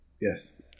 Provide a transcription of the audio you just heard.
yes